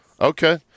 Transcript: Okay